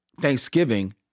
Thanksgiving